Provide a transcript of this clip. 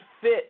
fit